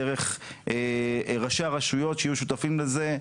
דרך ראשי הרשויות שיהיו שותפים לזה,